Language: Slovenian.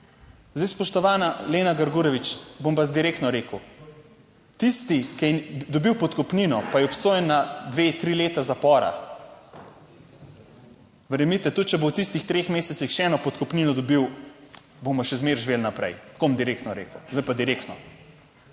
Zdaj, spoštovana Lena Grgurevič, bom pa direktno rekel: tisti, ki je dobil podkupnino, pa je obsojen na dve, tri leta zapora, verjemite, tudi če bo v tistih treh mesecih še eno podkupnino dobil, bomo še zmeraj živeli naprej, tako bom direktno rekel. Zdaj pa direktno: